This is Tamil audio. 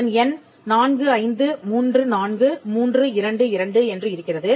அதன் எண் 4534322 என்று இருக்கிறது